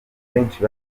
benshi